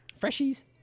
freshies